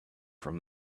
from